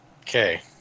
Okay